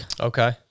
Okay